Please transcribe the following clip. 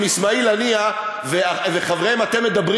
עם אסמאעיל הנייה וחבריהם אתם מדברים,